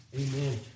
Amen